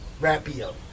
rapio